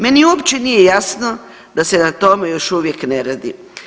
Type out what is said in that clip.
Meni uopće nije jasno da se na tome još uvijek na radi.